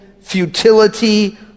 futility